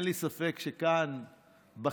אין לי ספק שכאן בחלוקה,